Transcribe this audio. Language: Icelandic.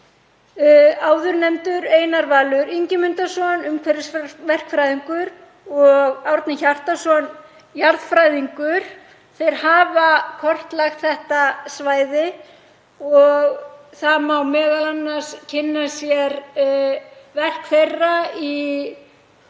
Áðurnefndur Einar Valur Ingimundarson umhverfisverkfræðingur og Árni Hjartarson jarðfræðingur hafa kortlagt þetta svæði og það má m.a. kynna sér verk þeirra í Dagfara,